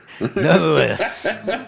Nonetheless